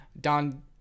Don